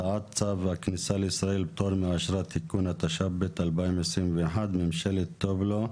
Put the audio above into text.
הצעת צו הכניסה לישראל (פטור מאשרה) (תיקון) התשפ"ב 2021 (ממשלת טובלו).